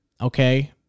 Okay